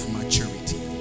maturity